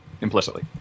Implicitly